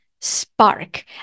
spark